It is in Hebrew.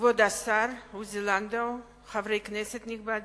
כבוד השר עוזי לנדאו, חברי הכנסת הנכבדים,